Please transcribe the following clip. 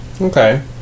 Okay